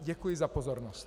Děkuji za pozornost.